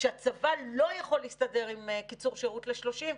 שהצבא לא יכול להסתדר עם קיצור שירות ל-30,